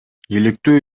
иликтөө